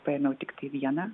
paėmiau tiktai vieną